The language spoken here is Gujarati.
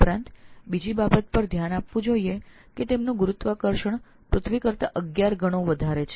ઉપરાંત અન્ય નોંધપાત્ર બાબત એ છે કે તેઓનું ગુરુત્વાકર્ષણ પૃથ્વી કરતા 11 ગણું વધારે છે